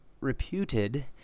reputed